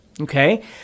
okay